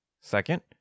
Second